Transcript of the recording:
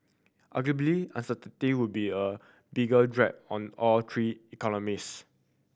arguably uncertainty would be a bigger drag on all three economies